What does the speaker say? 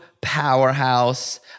powerhouse